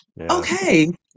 okay